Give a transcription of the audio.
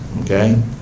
okay